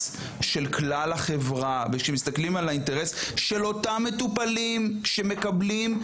של כלל החברה ומסתכלים על האינטרס של אותם מטופלים שמקבלים,